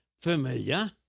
familiar